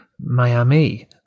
Miami